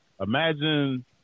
imagine